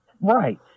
right